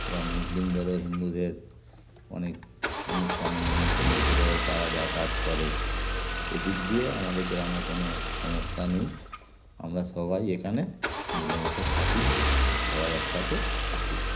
এবার মুসলিমদেরও হিন্দুদের অনেক অনুষ্ঠানে নেমন্ত্রন্ন করেলেও তারা যাতায়াত করে এ দিক দিয়ে আমাদের গ্রামে কোনো সমস্যা নেই আমরা সবাই এখানে মিলেমিশে থাকি সবাই একসাথে থাকি